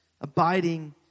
Abiding